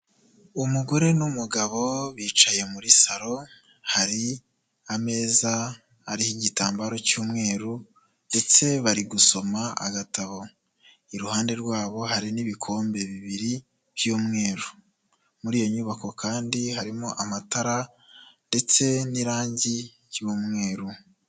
Umugore n'umugabo bicaye muri saro hari ameza ariho igitambaro cy'umweru, ndetse bari gusoma agatabo, iruhande rwabo hari n'ibikombe bibiri, by'umweru muri iyo nyubako kandi harimo amatara ndetse n'irangi ry'umweru.